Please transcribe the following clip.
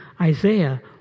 Isaiah